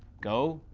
go.